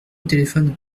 téléphone